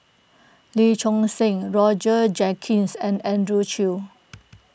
Lee Choon Seng Roger Jenkins and Andrew Chew